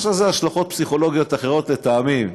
יש לזה השלכות פסיכולוגיות אחרות, לטעמי,